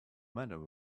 matter